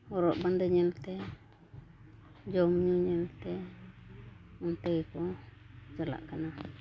ᱦᱚᱨᱚᱜ ᱵᱟᱸᱫᱮ ᱧᱮᱞᱛᱮ ᱡᱚᱢᱼᱧᱩ ᱧᱮᱞᱛᱮ ᱚᱱᱛᱮ ᱜᱮᱠᱚ ᱪᱟᱞᱟᱜ ᱠᱟᱱᱟ